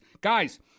Guys